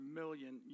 million